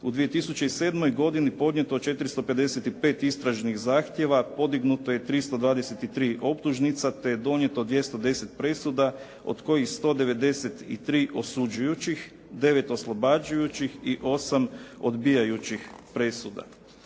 u 2007. godini podnijeto 455 istražnih zahtijeva, podignuto je 323 optužnica, te donijeto 210 presuda, od koji 193 osuđujućih, 9 oslobađajućih i 8 odbijajućih presuda.